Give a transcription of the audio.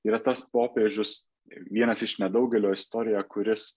yra tas popiežius vienas iš nedaugelio istorijoje kuris